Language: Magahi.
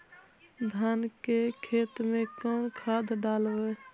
धान के खेत में कौन खाद डालबै?